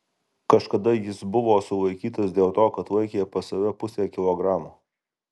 kažkada jis buvo sulaikytas dėl to kad laikė pas save pusę kilogramo